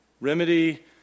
Remedy